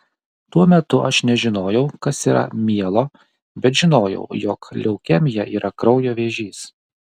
tuo metu aš nežinojau kas yra mielo bet žinojau jog leukemija yra kraujo vėžys